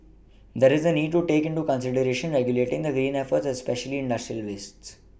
there is a need to take into consideration regulating the green efforts especially industrial wastes